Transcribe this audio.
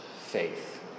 faith